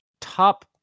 top